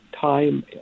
time